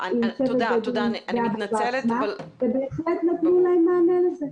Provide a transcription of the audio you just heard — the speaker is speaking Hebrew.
אני עבדתי עם צוות בדואים ובהחלט נתנו להם מענה לזה.